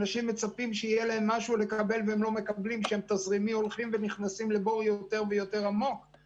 אנשים מצפים לקבל עזרה בזמן שהם נכנסים לבורות תזרים עמוקים יותר.